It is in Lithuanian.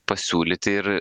pasiūlyti ir